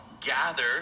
gather